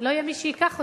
לא יהיה מי שייקח אותו.